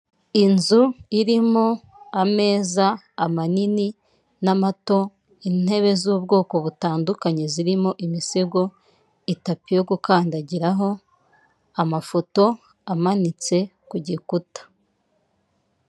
Inzu irimo ameza manini n'amato, intebe z'ubwoko butandukanye zirimo imisego itatu yo gukandagiraho, amafoto amanitse ku gikuta.